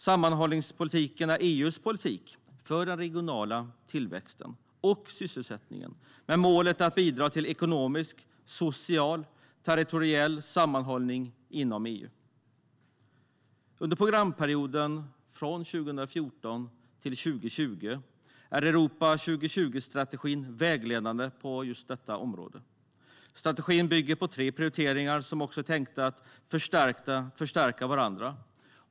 Sammanhållningspolitiken är EU:s politik för den regionala tillväxten och sysselsättningen med målet att bidra till ekonomisk, social och territoriell sammanhållning inom EU. Under programperioden 2014-2020 är Europa 2020-strategin vägledande på området. Strategin bygger på tre prioriteringar som är tänkta att förstärka varandra.